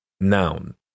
Noun